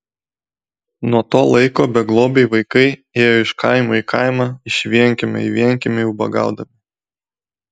nuo to laiko beglobiai vaikai ėjo iš kaimo į kaimą iš vienkiemio į vienkiemį ubagaudami